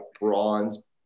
bronze